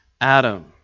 Adam